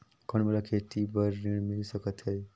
कौन मोला खेती बर ऋण मिल सकत है?